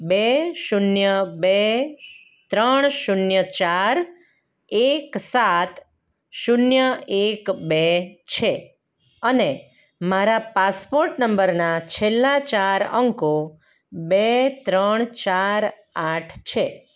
બે શૂન્ય બે ત્રણ શૂન્ય ચાર એક સાત શૂન્ય એક બે છે અને મારા પાસપોટ નંબરના છેલ્લા ચાર અંકો બે ત્રણ ચાર આઠ છે